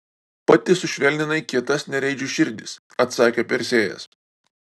pati sušvelninai kietas nereidžių širdis atsakė persėjas